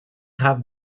have